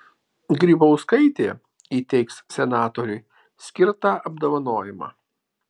grybauskaitė įteiks senatoriui skirtą apdovanojimą